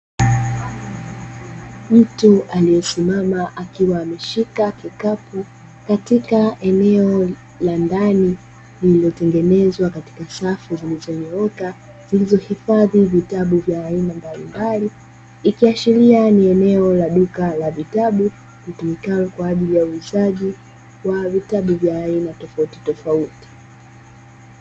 Mtu aliyesimama akiwa ameshika vikapu, katika eneo la ndani lililotengenezwa katika safu zilizonyooka zizlizohifadhi vitabu vya aina mbalimbali, ikaishiria ni enoo la duka la vitabu litumikalo kwa ajili ya uuzaji wa vitabu vya aina tofauti tofauti.